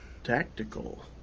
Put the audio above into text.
Tactical